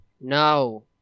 No